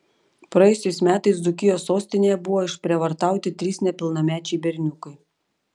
praėjusiais metais dzūkijos sostinėje buvo išprievartauti trys nepilnamečiai berniukai